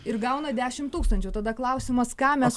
ir gauna dešimt tūkstančių tada klausimas ką mes